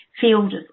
field